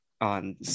on